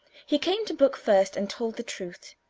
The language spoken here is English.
he came to book first, and told the truth.